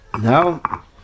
Now